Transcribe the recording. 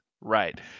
right